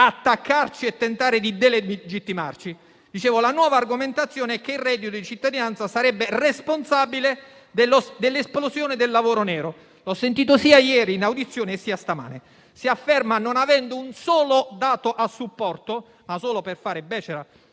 attaccarci e tentare di delegittimarci), la nuova argomentazione è che il reddito di cittadinanza sarebbe responsabile dell'esplosione del lavoro nero, come ho sentito in audizione sia ieri sia stamane. Non avendo un solo dato a supporto, ma solo per fare becera